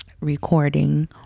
recording